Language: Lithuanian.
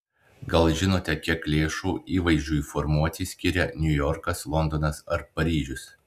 gal žinote kiek lėšų įvaizdžiui formuoti skiria niujorkas londonas ar paryžius